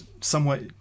somewhat